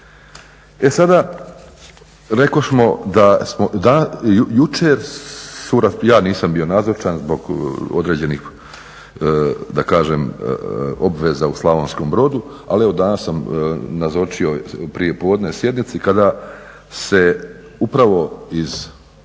E sada, rekosmo da smo, jučer su, ja nisam bio nazočan zbog određenih da kažem obveza u Slavonskom brodu, ali evo danas sam nazočio prije podne sjednici kada se upravo iz